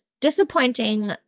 disappointing